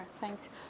thanks